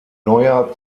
neuer